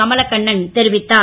கமலகண்ணன் தெரிவித்தார்